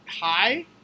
hi